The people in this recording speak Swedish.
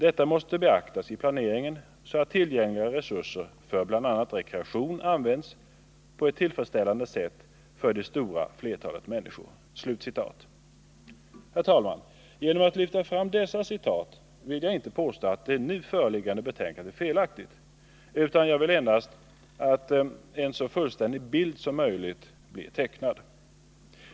Detta måste beaktas i planeringen så att tillgängliga resurser för bl.a. rekreation används på ett tillfredsställande sätt för det stora flertalet människor.” Herr talman! Genom att lyfta fram dessa citat vill jag inte påstå att det nu föreliggande betänkandet är felaktigt, utan vad jag vill är endast att en så fullständig bild som möjligt skall bli tecknad.